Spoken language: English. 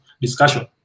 discussion